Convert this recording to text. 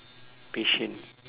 patient